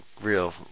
Real